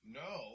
no